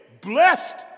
blessed